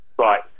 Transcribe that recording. Right